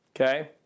okay